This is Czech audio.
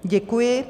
Děkuji.